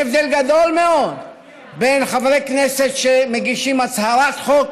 יש הבדל גדול מאוד בין חברי כנסת שמגישים הצהרת חוק